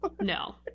no